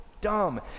dumb